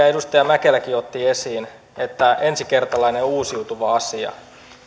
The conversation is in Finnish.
edustaja mäkeläkin otti esiin että ensikertalainen on uusiutuva asia